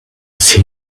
see